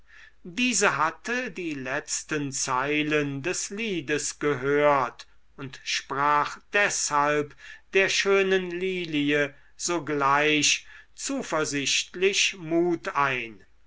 diese hatte die letzten zeilen des liedes gehört und sprach deshalb der schönen lilie sogleich zuversichtlich mut ein